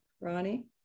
Ronnie